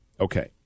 Okay